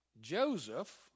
Joseph